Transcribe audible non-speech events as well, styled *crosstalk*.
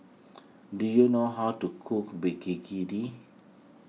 do you know how to cook *unintelligible*